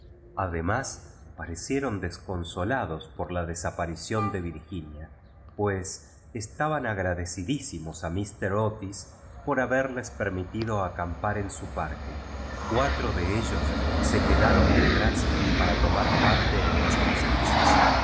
además parecieron descernió lado por hi desaparición de virginia pues estaban agra decidísimos a mía ter olia or haberle prr mi tifio acampar en su parque cuatro de euoa ne quedaron detrás para tomar parle en las pesqtiísus